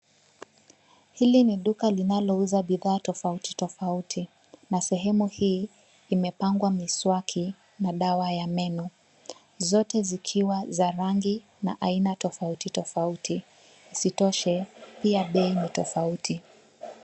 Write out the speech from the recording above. Hili ni duka linalouza bidhaa tofauti tofauti, na sehemu hii imepangwa miswaki na dawa ya meno. Zote zikiwa za rangi na aina tofauti tofauti. Isitoshe, pia bei ni tofauti.